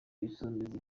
ibisumizi